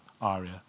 aria